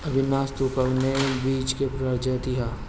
अविनाश टू कवने बीज क प्रजाति ह?